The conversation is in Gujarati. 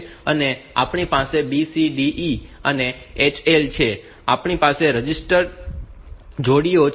અને આપણી પાસે BCDE અને HL છે આપણી પાસે રજિસ્ટર્ડ જોડીઓ છે